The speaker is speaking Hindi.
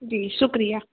जी शुक्रिया